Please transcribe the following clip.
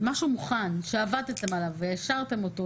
משהו מוכן שעבדתם עליו והעשרתם אותו,